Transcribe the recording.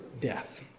death